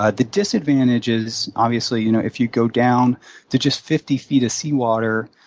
ah the disadvantage is obviously you know if you go down to just fifty feet of seawater,